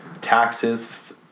taxes